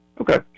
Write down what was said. Okay